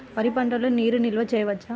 వరి పంటలో నీటి నిల్వ చేయవచ్చా?